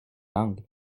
langue